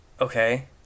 okay